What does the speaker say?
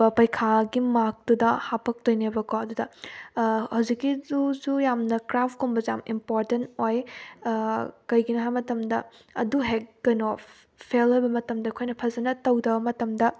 ꯄꯩꯈꯥꯒꯤ ꯃꯥꯛꯇꯨꯗ ꯍꯥꯞꯄꯛꯇꯣꯏꯅꯦꯕꯀꯣ ꯑꯗꯨꯗ ꯍꯧꯖꯤꯛꯀꯤꯗꯨꯁꯨ ꯌꯥꯝꯅ ꯀ꯭ꯔꯥꯐꯀꯨꯝꯕꯁꯨ ꯌꯥꯝ ꯏꯝꯄꯣꯔꯇꯦꯟ ꯑꯣꯏ ꯀꯩꯒꯤꯅꯣ ꯍꯥꯏꯕ ꯃꯇꯝꯗ ꯑꯗꯨꯍꯦꯛ ꯀꯩꯅꯣ ꯐꯦꯜ ꯑꯣꯏꯕ ꯃꯇꯝꯗ ꯑꯩꯈꯣꯏꯅ ꯐꯖꯅ ꯇꯧꯗꯕ ꯃꯇꯝꯗ